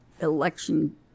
election